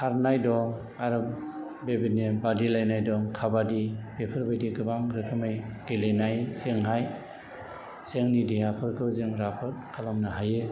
खारनाय दं आरो बेबायदिनो बादि लायनाय दं खाबादि बेफोर बादि गोबां रोखोमै गेलेनायजोंहाय जोंनि देहाफोरखौ जों राफोद खालामनो हायो